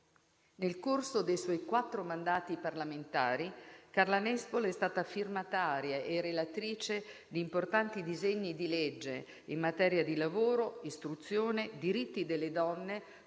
Nel corso dei suoi quattro mandati parlamentari Carla Nespolo è stata firmataria e relatrice di importanti disegni di legge in materia di lavoro, istruzione, diritti delle donne,